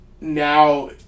Now